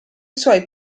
suoi